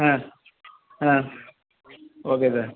ஆ ஆ okay sir